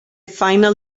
final